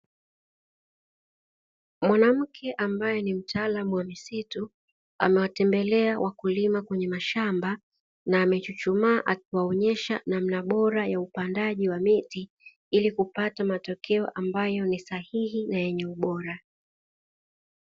Mwanamke ambaye ni mtaalamu wa misitu, amewatembelea wakulima kwenye mashamba na amechuchumaa akiwaonyesha namna bora ya upandaji wa miti ili kupata matokeo ambayo ni sahihi na yenye ubora.